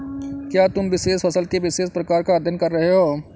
क्या तुम विशेष फसल के विशेष प्रकार का अध्ययन कर रहे हो?